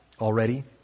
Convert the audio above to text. already